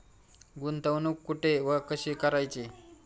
गुंतवणूक कुठे व कशी करायची?